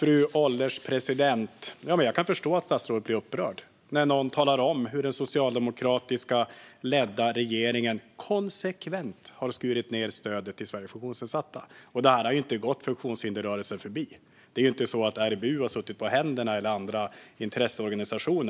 Fru ålderspresident! Jag kan förstå att statsrådet blir upprörd när någon talar om hur den socialdemokratiskt ledda regeringen konsekvent har skurit ned stödet till Sveriges funktionsnedsatta. Det har inte gått funktionshindersrörelsen förbi. RBU och andra intresseorganisationer har inte suttit på händerna,